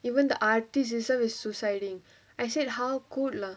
even the artist himself is suiciding I say how could lah